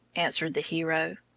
answered the hero.